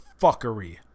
fuckery